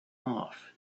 off